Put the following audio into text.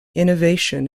innovation